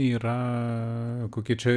yra kokie čia